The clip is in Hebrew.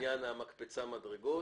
- לעניין המקפצה והמדרגות.